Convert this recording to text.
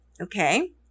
okay